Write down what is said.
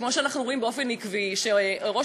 כמו שאנחנו רואים באופן עקבי שראש